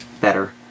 better